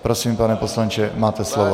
Prosím, pane poslanče, máte slovo.